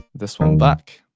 this one back